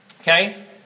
Okay